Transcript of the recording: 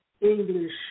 English